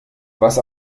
was